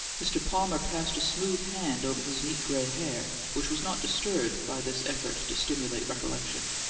mr. palmer passed a smooth hand over his neat gray hair, which was not disturbed by this effort to stimulate recollection.